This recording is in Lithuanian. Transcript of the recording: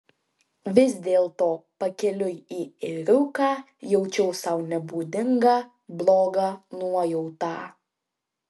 vis dėlto pakeliui į ėriuką jaučiau sau nebūdingą blogą nuojautą